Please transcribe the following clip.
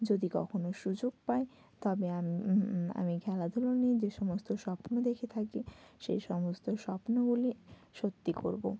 যদি কখনও সুযোগ পাই তবে আমি খেলাধুলো নিয়ে যেসমস্ত স্বপ্ন দেখে থাকি সেই সমস্ত স্বপ্নগুলি সত্যি করবো